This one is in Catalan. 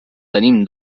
tenim